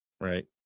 right